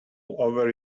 over